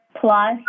plus